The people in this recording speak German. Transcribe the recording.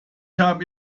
habe